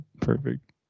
perfect